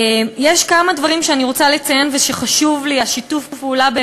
יש כמה דברים שאני רוצה לציין ושחשוב לי שיתוף הפעולה,